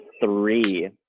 three